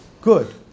good